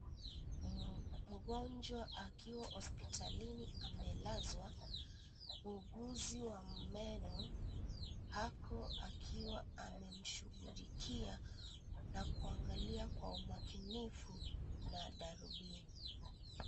Mgonjwa akiwa hospitalini amelazwa, muuguzi wa meno ako akiwa amemshughulikia na kuangalia Kwa umakinifu na darubini.